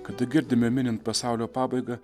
kada girdime minint pasaulio pabaigą